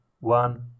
one